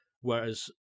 Whereas